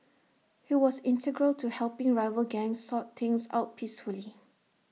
he was integral to helping rival gangs sort things out peacefully